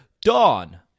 Dawn